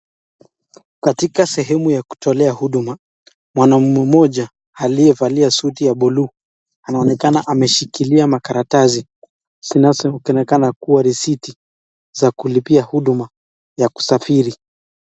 Katika sehemu ya kutolea huduma mwanaume mmoja aliyevalia suti ya buluu anaonekana ameshikilia makaratasi zinazojulikana kuwa risiti za kulipia huduma ya kusafiri.